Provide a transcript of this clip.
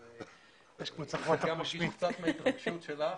אז זה גם --- קצת מההתרגשות שלך.